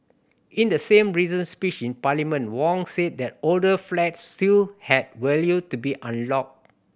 in the same recent speech in Parliament Wong said that older flats still had value to be unlocked